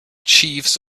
chiefs